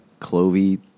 clovey